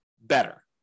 better